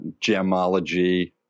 gemology